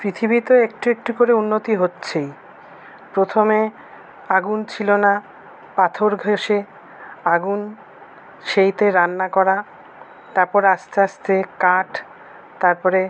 পৃথিবী তো একটু একটু করে উন্নতি হচ্ছেই প্রথমে আগুন ছিলো না পাথর ঘসে আগুন সেইতে রান্না করা তারপর আস্তে আস্তে কাঠ তারপরে